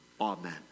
Amen